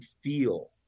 feel